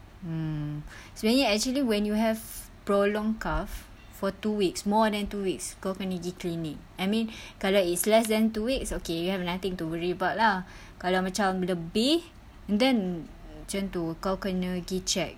mm sebenarnya actually when you have prolonged cough for two weeks more than two weeks kau kena pergi clinic I mean kalau it's less than two weeks okay you have nothing to worry about lah kalau macam lebih and then macam tu kau kena pergi check